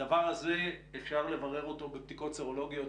הדבר הזה אפשר לברר אותו בבדיקות סרולוגיות,